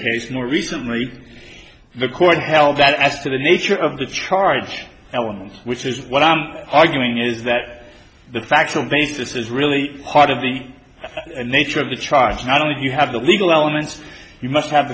case in recent memory the court held that as to the nature of the charge element which is what i'm arguing is that the factual basis is really part of the nature of the charge not only do you have the legal elements you must have